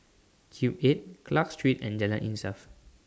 Cube eight Clarke Street and Jalan Insaf